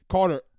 Carter